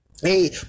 hey